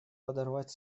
подорвать